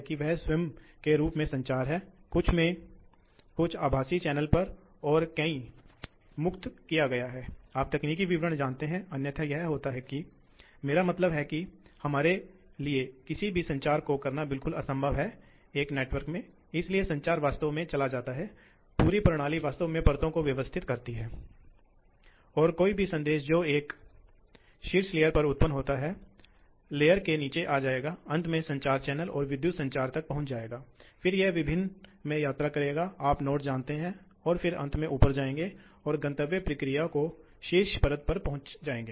तो दूसरे शब्दों में यह इस आयत का क्षेत्र है किसी भी ऑपरेटिंग बिंदु पर इस ऑपरेटिंग बिंदु पर यह इस आयत का क्षेत्र है यह वह क्षेत्र है जब आप इस ऑपरेटिंग बिंदु ऑपरेटिंग पॉइंट नंबर दो पर होते हैं वास्तव में मैं एक अलग रंग ले सकता था ठीक है मुझे इस रंग को लेने दो इसलिए दूसरे ऑपरेटिंग बिंदु पर यह है और जब आप एक तीसरा ऑपरेटिंग बिंदु लेते हैं तो यह क्षेत्र ऊर्जा की मांग है ठीक है तो आप बहुत अच्छी तरह से देख सकते हैं कि क्या अंतर है यदि आप इस ऑपरेटिंग बिंदु से इस ऑपरेटिंग बिंदु पर जाते हैं